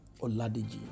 Oladiji